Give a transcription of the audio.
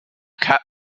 cap